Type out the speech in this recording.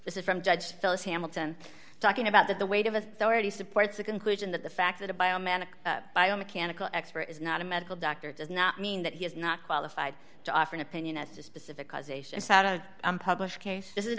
this from judge phyllis hamilton talking about that the weight of authority supports the conclusion that the fact that a bio manic biomechanical expert is not a medical doctor does not mean that he is not qualified to offer an opinion as to specific causation sat a published case